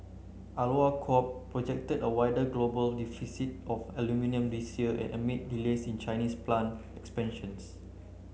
Alcoa Corp projected a wider global deficit of aluminium this year and amid delays in Chinese plant expansions